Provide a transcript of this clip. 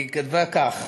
היא כתבה כך: